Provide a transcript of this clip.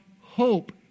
hope